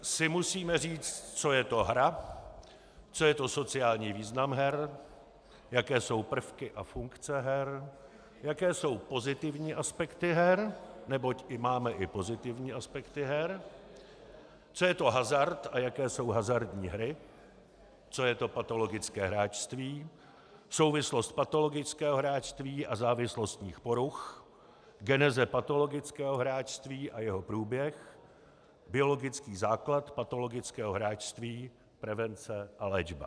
si musíme říct, co je to hra, co je to sociální význam her, jaké jsou prvky a funkce her, jaké jsou pozitivní aspekty her, neboť máme i pozitivní aspekty her, co je to hazard a jaké jsou hazardní hry, co je to patologické hráčství, souvislost patologického hráčství a závislostních poruch, geneze patologického hráčství a jeho průběh, biologický základ patologického hráčství, prevence a léčba.